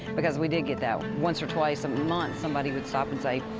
because we did get that once or twice a month, somebody would stop and say,